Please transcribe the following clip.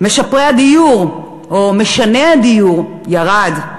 משפרי הדיור או משני הדיור, ירד.